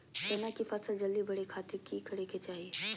चना की फसल जल्दी बड़े खातिर की करे के चाही?